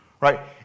right